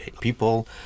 people